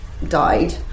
Died